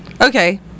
Okay